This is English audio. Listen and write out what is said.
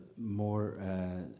more